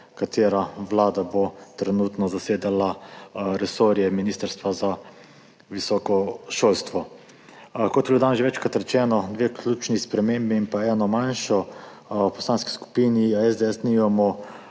katera vlada bo trenutno zasedala resorje ministrstva za visoko šolstvo. Kot je bilo danes že večkrat rečeno, dve ključni spremembi in ena manjša. V Poslanski skupini SDS nimamo